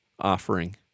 offering